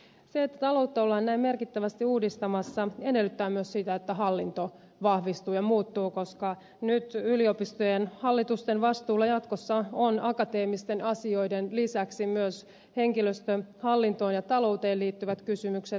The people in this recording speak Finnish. se että taloutta ollaan näin merkittävästi uudistamassa edellyttää myös sitä että hallinto vahvistuu ja muuttuu koska nyt yliopistojen hallitusten vastuulla jatkossa on akateemisten asioiden lisäksi myös henkilöstöhallintoon ja talouteen liittyvät kysymykset